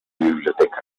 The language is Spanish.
bibliotecas